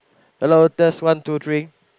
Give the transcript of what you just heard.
hello test one two three